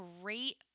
great